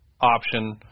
option